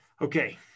Okay